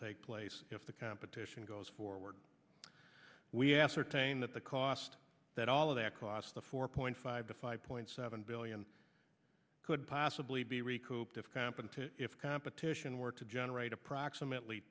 take place if the competition goes forward we ascertain that the cost that all of that cost the four point five to five point seven billion could possibly be recouped if competent if competition were to generate approximately